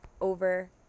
over